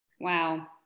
Wow